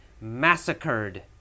massacred